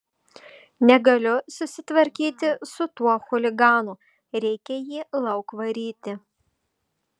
negaliu susitvarkyti su tuo chuliganu reikia jį lauk varyti